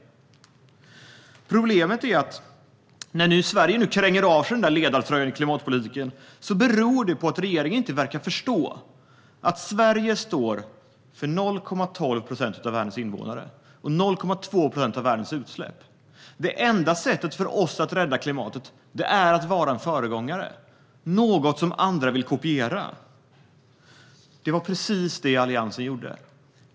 När Sverige nu kränger av sig ledartröjan i klimatpolitiken beror detta på att regeringen inte verkar förstå att Sverige står för 0,12 procent av världens invånare och för 0,2 procent av världens utsläpp. Det enda sättet för oss att rädda klimatet är att vara en föregångare - att vara något som andra vill kopiera. Det var precis vad Alliansen gjorde.